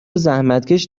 زحمتکش